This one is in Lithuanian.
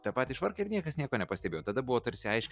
tą patį švarką ir niekas nieko nepastebėjo tada buvo tarsi aiški